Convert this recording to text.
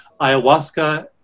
ayahuasca